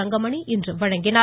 தங்கமணி இன்று வழங்கினார்